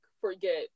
forget